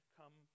come